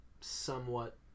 somewhat